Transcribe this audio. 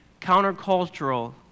countercultural